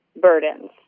burdens